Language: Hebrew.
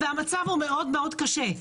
המצב הוא מאוד קשה.